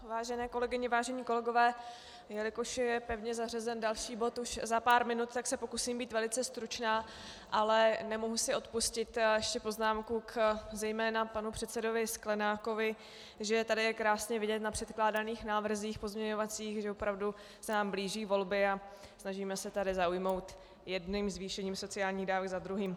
Vážené kolegyně, vážení kolegové, jelikož je pevně zařazen další bod už za pár minut, tak se pokusím být velice stručná, ale nemohu si odpustit ještě poznámku zejména k panu předsedovi Sklenákovi, že tady je krásně vidět na předkládaných pozměňovacích návrzích, že opravdu se nám blíží volby a snažíme se tady zaujmout jedním zvýšením sociálních dávek za druhým.